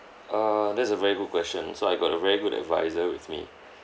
err that's a very good question so I got a very good adviser with me